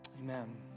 amen